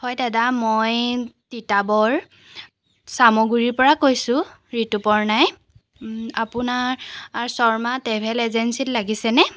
হয় দাদা মই তিতাবৰ চামগুৰিৰ পৰা কৈছোঁ ঋতুপৰ্ণাই আপোনাৰ শৰ্মা ট্ৰেভেল এজেঞ্চীত লাগিছেনে